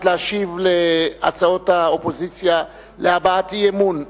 להשיב על הצעות האופוזיציה להביע אי-אמון בזמן,